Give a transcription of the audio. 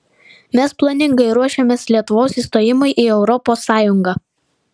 mes planingai ruošėmės lietuvos įstojimui į europos sąjungą